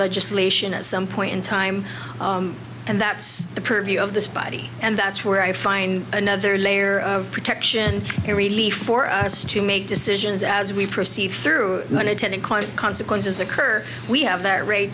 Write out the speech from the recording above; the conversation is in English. legislation at some point in time and that's the purview of this body and that's where i find another layer of protection and relief for us to make decisions as we proceed through nine to ten inquires consequences occur we have that rate